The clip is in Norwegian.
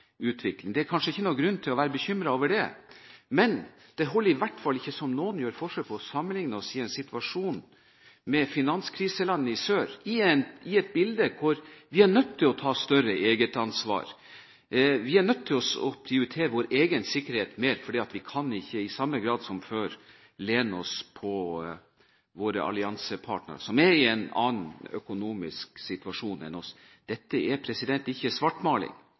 Det er kanskje ikke noen grunn til å være bekymret over det. Men det holder ikke, som noen gjør forsøk på, å sammenligne oss med de finanskriserammede landene i sør, i et bilde hvor vi er nødt til å ta større egetansvar. Vi er nødt til å prioritere vår egen sikkerhet mer, for vi kan ikke i samme grad som før lene oss på våre alliansepartnere, som er i en annen økonomisk situasjon enn oss. Dette er ikke svartmaling.